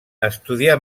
estudià